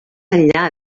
enllà